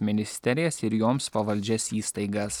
ministerijas ir joms pavaldžias įstaigas